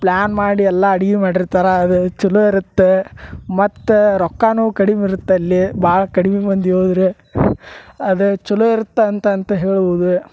plan ಮಾಡಿ ಎಲ್ಲಾ ಅಡಿಗೆ ಮಾಡಿರ್ತಾರ ಅದ ಛಲೋ ಇರತ್ತ ಮತ್ತೆ ರೊಕ್ಕಾನೂ ಕಡಿಮೆ ಇರತ್ತೆ ಅಲ್ಲಿ ಭಾಳ ಕಡಿಮೆ ಮಂದಿ ಹೋದ್ರು ಅದೇ ಛಲೋ ಇರತ್ತೆ ಅಂತಂತ ಹೇಳ್ಬೋದು